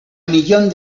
millón